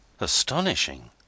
astonishing